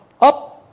up